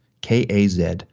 k-a-z